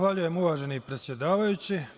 Zahvaljujem, uvaženi predsedavajući.